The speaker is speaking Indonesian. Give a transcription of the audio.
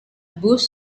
bus